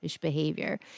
behavior